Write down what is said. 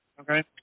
okay